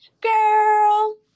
girl